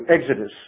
Exodus